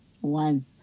One